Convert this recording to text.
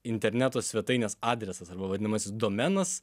interneto svetainės adresas arba vadinamasis domenas